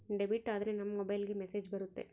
debit ಆದ್ರೆ ನಮ್ ಮೊಬೈಲ್ಗೆ ಮೆಸ್ಸೇಜ್ ಬರುತ್ತೆ